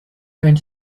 going